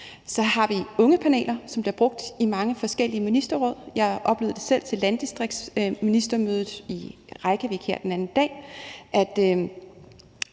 Så har vi ungepaneler, som bliver brugt i mange forskellige ministerråd. Jeg oplevede selv til landdistriktsministermødet i Reykjavik her den anden dag, at